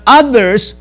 others